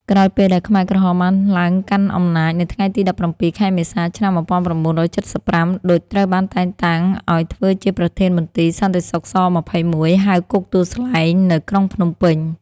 ក្រោយពេលដែលខ្មែរក្រហមបានឡើងកាន់អំណាច នៅថ្ងៃទី១៧ ខែមេសា ឆ្នាំ១៩៧៥ ឌុច ត្រូវបានតែងតាំងឱ្យធ្វើជាប្រធានមន្ទីរសន្តិសុខ ស-២១ ហៅ គុកទួលស្លែង នៅក្រុងភ្នំពេញ។